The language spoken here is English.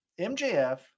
MJF